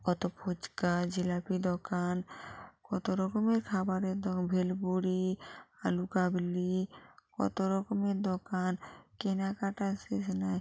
কতো ফুচকা জিলিপি দোকান কতো রকমের খাবারের ধরো ভেলপুরি আলু কাবলি কতো রকমের দোকান কেনাকাটা সেখানে